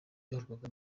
byakorwaga